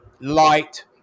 light